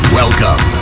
welcome